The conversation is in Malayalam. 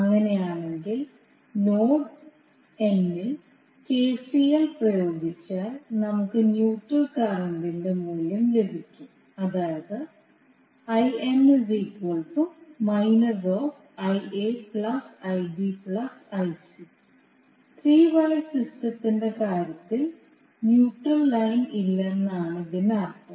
അങ്ങനെയാണെങ്കിൽ നോഡ് N ൽ KCL പ്രയോഗിച്ചാൽ നമുക്ക് ന്യൂട്രൽ കറന്റിന്റെ മൂല്യം ലഭിക്കും അതായത് ത്രീ വയർ സിസ്റ്റത്തിന്റെ കാര്യത്തിൽ ന്യൂട്രൽ ലൈൻ ഇല്ലെന്നാണ് ഇതിനർത്ഥം